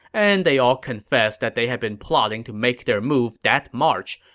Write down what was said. and they all confessed that they had been plotting to make their move that march,